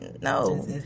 No